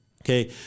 Okay